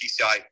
PCI